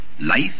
life